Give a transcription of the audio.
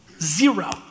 Zero